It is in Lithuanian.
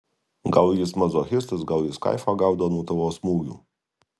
gal jis mazochistas gal jis kaifą gaudo nuo tavo smūgių